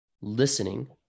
listening